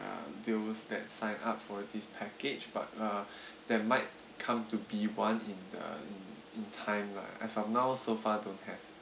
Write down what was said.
uh those that sign up for this package but uh there might come to be one in the in in time lah as of now so far don't have